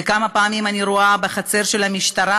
וכמה פעמים אני רואה שעומדים רכבים בחצר של המשטרה,